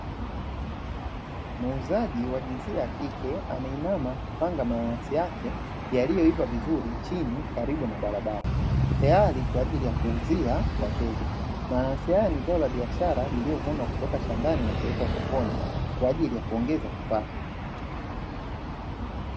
Muuzaji wa jinsia ya kike ameinama kupanga mananasi yake yaliyoiva vizuri chini karibu na barabara tayari kwa ajili ya kuuzia wateja. Mananasi haya ni zao la biashara lililovunwa kutoka shambani na kuleta sokoni kwa ajili ya kuongeza kipato.